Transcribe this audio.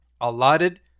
allotted